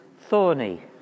thorny